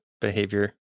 behavior